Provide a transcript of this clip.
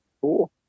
Cool